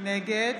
נגד